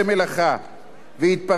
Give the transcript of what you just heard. ויתפרנס מן הצדקה,